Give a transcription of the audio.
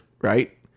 right